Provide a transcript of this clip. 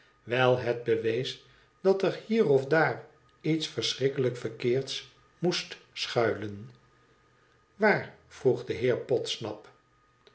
wijl het bewees dat er hier of daar iets verschrikkelijk verkeerds moest schuilen waar vroeg de heer podsnap